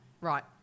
Right